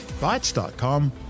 Bytes.com